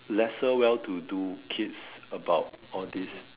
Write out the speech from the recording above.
lesser well to do kids about all these